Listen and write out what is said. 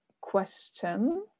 question